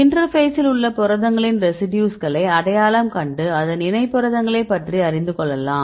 இன்டர்பேசில் உள்ள புரதங்களின் ரெசிடியூஸ்களை அடையாளம் கண்டு அதன் இணை புரதங்களைப் பற்றி அறிந்து கொள்ளலாம்